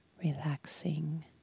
Relaxing